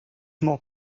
more